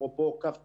אפרופו קו תפר,